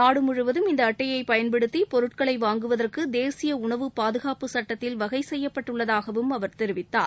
நாடு முழுவதும் இந்த அட்டையை பயன்படுத்தி பொருட்களை வாங்குவதற்கு தேசிய உணவுப் பாதுகாப்புச் சட்டத்தில் வகை செய்யப்பட்டள்ளதாகவும் அவர் தெரிவித்தார்